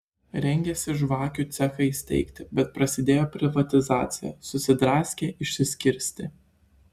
rengėsi žvakių cechą įsteigti bet prasidėjo privatizacija susidraskė išsiskirstė